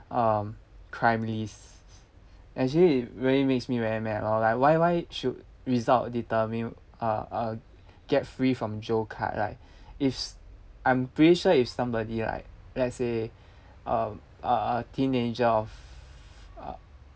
um crime lists actually it really makes me very mad lor like why why should result determine uh uh get free from jail card like if I'm pretty sure if somebody like let's say uh a a teenager of uh